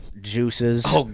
juices